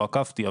לא עקבתי,